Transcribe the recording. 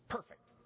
Perfect